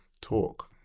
talk